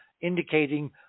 indicating